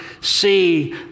see